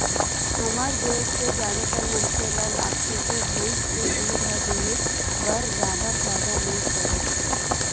हमर देस के जादातर मनखे ल लागथे के भइस के दूद ह देहे बर जादा फायदा नइ करय